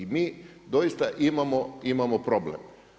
Mi doista imamo problem.